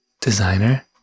designer